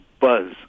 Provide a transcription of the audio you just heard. buzz